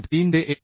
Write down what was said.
3 ते 1